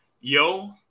Yo